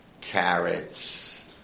carrots